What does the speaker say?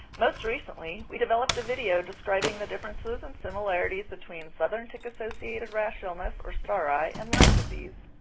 most recently, we developed a video describing the differences and similarities between southern tick-associated rash illness, or stari, and lyme disease.